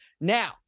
now